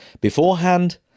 Beforehand